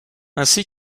ainsi